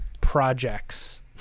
projects